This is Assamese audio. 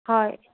হয়